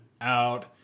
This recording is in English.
out